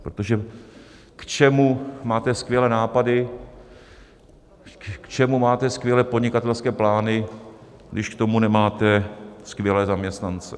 Protože k čemu máte skvělé nápady, k čemu máte skvělé podnikatelské plány, když k tomu nemáte skvělé zaměstnance?